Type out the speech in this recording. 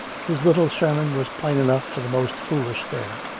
his little sermon was plain enough for the most foolish there.